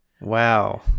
Wow